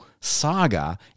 saga